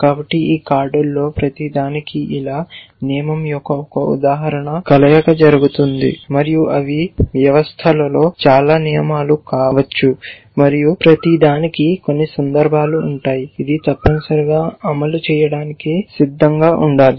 కాబట్టి ఈ కార్డులలో ప్రతిదానికి ఇలా నియమం యొక్క 1 ఉదాహరణ కాల్పులు జరుపుతుంది మరియు అవి వ్యవస్థలో చాలా నియమాలు కావచ్చు మరియు ప్రతిదానికి కొన్ని సందర్భాలు ఉంటాయి ఇది తప్పనిసరిగా అమలు చేయడానికి సిద్ధంగా ఉండాలి